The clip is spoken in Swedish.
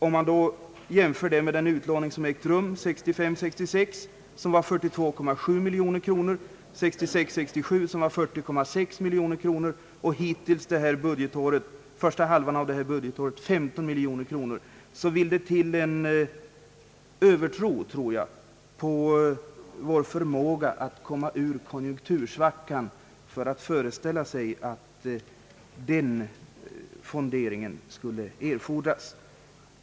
Om man jämför detta med den utlåning som ägt rum under 1965 67 på 40,6 miljoner och under första halvåret av innevarande budgetår på 15 miljoner kronor, vill det till en bergfast tro på vår förmåga att åstadkomma goda konjunkturer för att föreställa sig att den av reservanterna föreslagna fonderingen skulle erfordras.